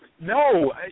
no